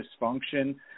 dysfunction